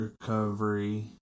recovery